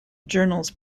journals